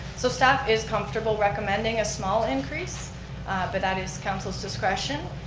so staff is comfortable recommending small increase but that is council's discretion.